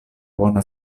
bona